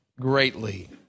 Greatly